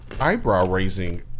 eyebrow-raising